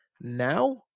now